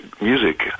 music